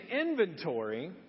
inventory